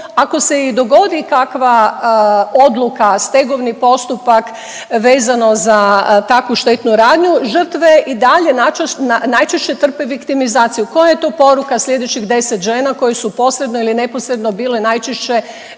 ako se i dogodi kakva odluka, stegovni postupak vezano za takvu štetnu radnju žrtve i dalje najčešće trpe viktimizaciju. Koja je to poruka sljedećih 10 žena koje su posredno ili neposredno bile najčešće